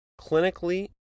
clinically